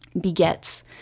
begets